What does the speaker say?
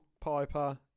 Piper